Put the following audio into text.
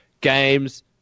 games